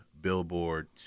Billboard